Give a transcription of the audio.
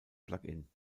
plugin